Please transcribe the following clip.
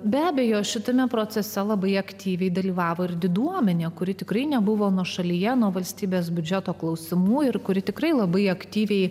be abejo šitame procese labai aktyviai dalyvavo ir diduomenė kuri tikrai nebuvo nuošalyje nuo valstybės biudžeto klausimų ir kuri tikrai labai aktyviai